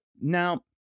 Now